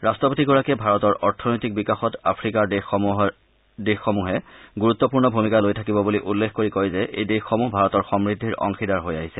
ৰট্টপতিগৰাকীয়ে ভাৰতৰ অৰ্থনৈতিক বিকাশত আফ্ৰিকাৰ দেশসমূহ গুৰুত্বপূৰ্ণ ভূমিকা লৈ থাকিব বুলি উল্লেখ কৰি কয় যে এই দেশসমূহ ভাৰতৰ সমূদ্ধিৰ অংশীদাৰ হৈ আহিছে